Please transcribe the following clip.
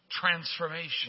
transformation